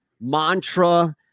mantra